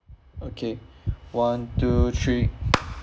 okay one two three